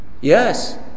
yes